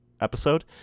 episode